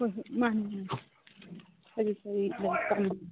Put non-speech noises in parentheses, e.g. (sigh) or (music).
ꯍꯣꯏ ꯍꯣꯏ ꯃꯥꯟꯅꯤ ꯃꯥꯟꯅꯤ ꯀꯔꯤ ꯀꯔꯤ (unintelligible)